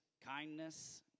kindness